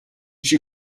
she